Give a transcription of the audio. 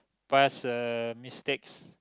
past uh mistakes